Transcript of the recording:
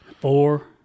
Four